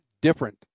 different